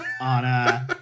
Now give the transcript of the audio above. on